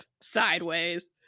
Sideways